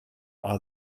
are